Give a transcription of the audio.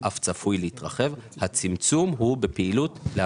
הסברתי איזה מפעלים יש בבעלותנו.